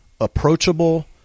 approachable